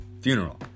funeral